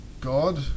God